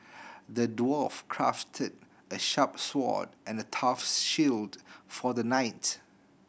the dwarf crafted a sharp sword and the tough shield for the knight